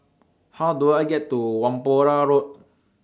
How Do I get to Whampoa Road